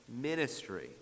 ministry